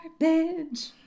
Garbage